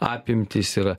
apimtys yra